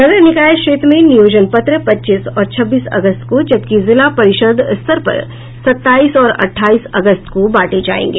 नगर निकाय क्षेत्र में नियोजन पत्र पच्चीस और छब्बीस अगस्त को जबकि जिला परिषद स्तर पर सत्ताईस और अठाईस अगस्त को बांटे जायेंगे